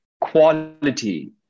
quality